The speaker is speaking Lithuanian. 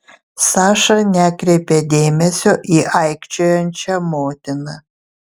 saša nekreipė dėmesio į aikčiojančią motiną